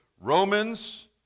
Romans